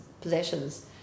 possessions